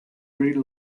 pretty